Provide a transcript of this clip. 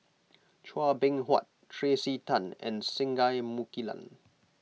Chua Beng Huat Tracey Tan and Singai Mukilan